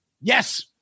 Yes